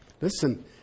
Listen